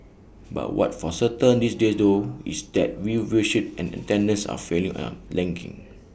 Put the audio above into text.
but what's for certain these days though is that viewership and attendance are falling and tanking